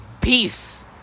peace